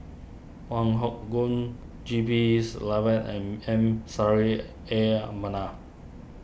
Wong Hock Goon G B Selvam and M Saffri A Manaf